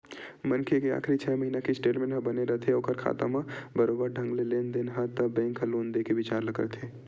मनखे के आखरी छै महिना के स्टेटमेंट ह बने रथे ओखर खाता म बरोबर ढंग ले लेन देन हे त बेंक ह लोन देय के बिचार ल करथे